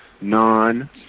non